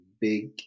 big